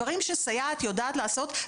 דברים שסייעת יודעת לעשות.